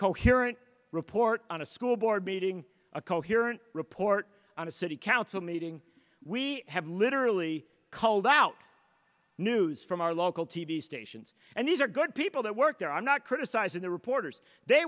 coherent report on a school board meeting a coherent report on a city council meeting we have literally culled out news from our local t v stations and these are good people that work there i'm not criticizing the reporters they